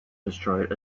destroyed